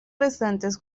restantes